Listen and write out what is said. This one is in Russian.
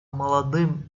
молодым